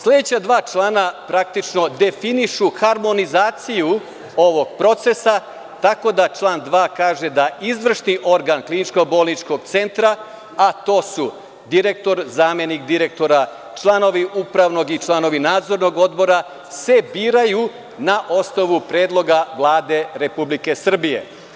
Sledeća dva člana praktično definišu harmonizaciju ovog procesa, tako da član 2. kaže da izvršni organ kliničko-bolničkog centra, a to su direktor, zamenik direktora, članovi upravnog i članovi nadzornog odbora se biraju na osnovu predloga Vlade Republike Srbije.